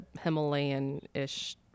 Himalayan-ish